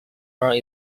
more